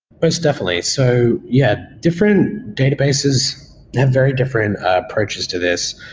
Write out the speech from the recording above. most definitely. so yeah, different databases have very different approaches to this.